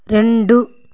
రెండు